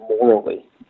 morally